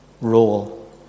role